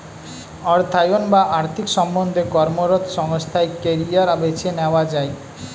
অর্থায়ন বা আর্থিক সম্বন্ধে কর্মরত সংস্থায় কেরিয়ার বেছে নেওয়া যায়